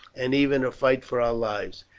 and even to fight for our lives.